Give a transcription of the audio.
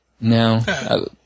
No